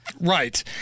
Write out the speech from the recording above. Right